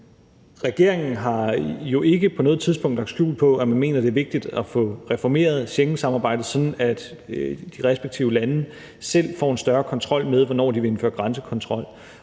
Regeringen har jo ikke på noget tidspunkt lagt skjul på, at man mener, det er vigtigt at få reformeret Schengensamarbejdet, sådan at de respektive lande selv får en større kontrol med, hvornår de vil indføre grænsekontrol.